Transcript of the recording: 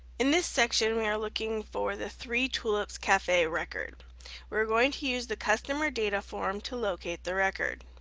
in this section we are looking for the three tulips cafe record we are going to use the customer data form to locate the record.